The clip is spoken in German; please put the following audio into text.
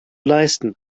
leisten